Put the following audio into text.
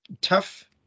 tough